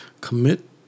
Commit